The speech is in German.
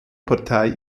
partei